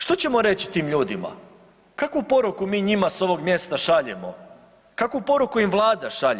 Što ćemo reći tim ljudima, kakvu poruku mi njima s ovog mjesta šaljemo, kakvu poruku im Vlada šalje?